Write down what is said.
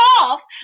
off